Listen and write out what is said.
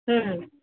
ହୁଁ